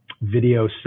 video